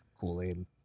Kool-Aid